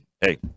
Hey